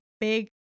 big